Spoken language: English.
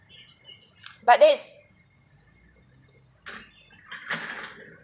but that is